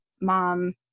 mom